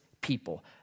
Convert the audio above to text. people